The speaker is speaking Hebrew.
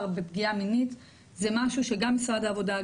בפגיעה מינית זה משהו שגם משרד העבודה,